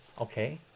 Okay